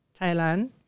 Thailand